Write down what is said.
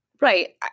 right